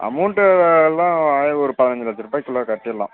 amount எல்லாம் அது ஒரு பதினைஞ்சி லட்சம் ரூபாய்க்குள்ளே கட்டிடலாம்